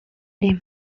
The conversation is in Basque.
ere